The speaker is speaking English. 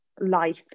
life